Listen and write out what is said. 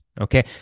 Okay